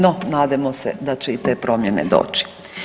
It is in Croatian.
No nadajmo se da će i te promjene doći.